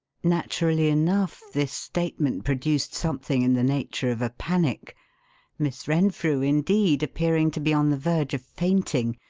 naturally enough, this statement produced something in the nature of a panic miss renfrew, indeed, appearing to be on the verge of fainting,